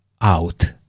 out